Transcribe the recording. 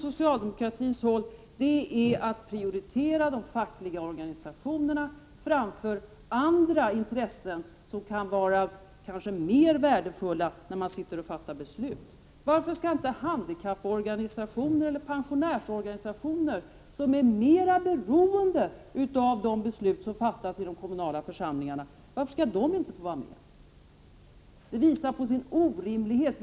Socialdemokraterna har valt att prioritera de fackliga organisationerna framför andra intressenter, som det kanske skulle vara mera värdefullt att ha med när man fattar beslut. Varför kan inte handikapporganisationer eller pensionärsorganisationer, som är mera beroende av de beslut som fattas i de kommunala församlingarna, få vara med? Detta visar orimligheten.